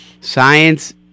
science